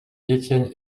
etienne